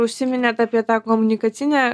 užsiminėt apie tą komunikacinę